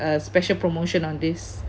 a special promotion on this